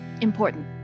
important